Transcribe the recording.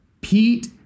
Pete